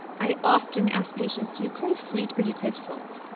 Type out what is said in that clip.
i often ask patients do you crave sweet or do you crave salt?